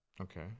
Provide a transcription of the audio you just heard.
Okay